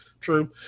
True